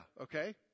okay